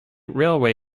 railway